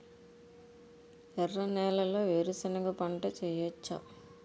ఎర్ర నేలలో వేరుసెనగ పంట వెయ్యవచ్చా?